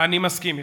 אני מסכים אתך.